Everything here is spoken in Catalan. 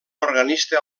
organista